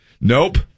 Nope